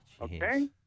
okay